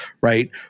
right